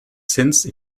since